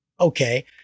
okay